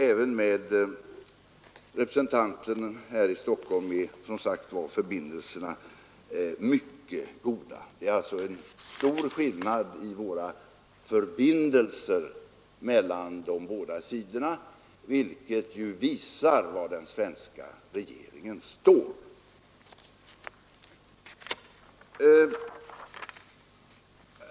Även med representanten här i Stockholm är som sagt förbindelserna mycket goda. Det är alltså en stor skillnad mellan våra förbindelser med de båda sidorna, vilket ju visar var den svenska regeringen står.